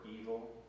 evil